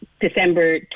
December